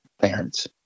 parents